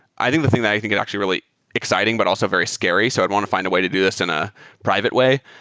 i think the thing that i think that's actually really exciting but also very scary, so i'd want to fi nd a way to do this in a private way,